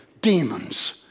demons